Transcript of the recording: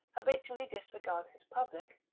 habitually disregards his public,